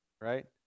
Right